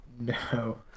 No